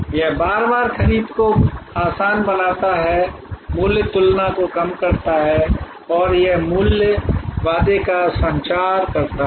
यह बार बार खरीद को आसान बनाता है मूल्य तुलना को कम करता है और यह मूल्य वादे का संचार करता है